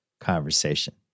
conversation